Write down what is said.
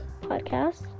podcast